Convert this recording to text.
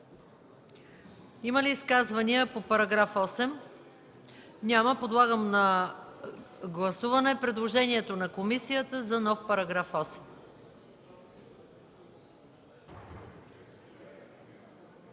Има ли изказвания по § 8? Няма. Подлагам на гласуване предложението на комисията за нов § 8.